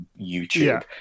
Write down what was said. YouTube